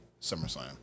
SummerSlam